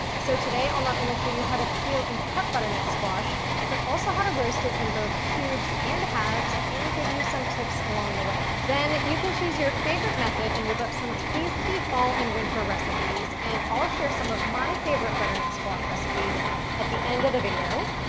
so today i'll not only show you how to peel and cut butternut squash but also how to roast it in both cubes and halves and give you some tips along the way. then you can choose your favorite method and whip up some tasty fall and winter recipes and i'll share some of my favorite butternut squash recipes at the end of the video.